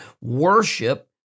worship